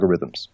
algorithms